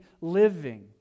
living